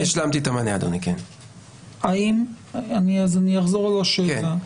אני אחזור על השאלה.